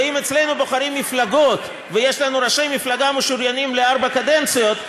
ואם אצלנו בוחרים מפלגות ויש לנו ראשי מפלגה משוריינים לארבע קדנציות,